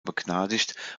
begnadigt